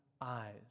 eyes